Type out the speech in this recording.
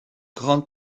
grande